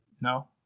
No